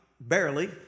barely